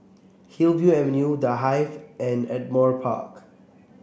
Hillview Avenue The Hive and Ardmore Park